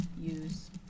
use